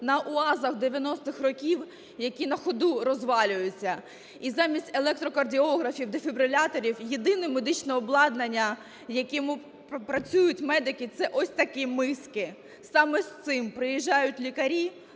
на УАЗах 90-х років, які на ходу розвалюються, і замість електрокардіографів, дефібриляторів, єдине медичне обладнання, яким працюють медики, – це ось таки миски. Саме з цим приїжджають лікарі